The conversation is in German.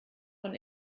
von